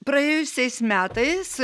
praėjusiais metais